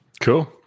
Cool